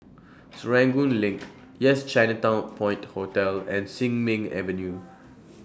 Serangoon LINK Yes Chinatown Point Hotel and Sin Ming Avenue